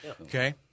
Okay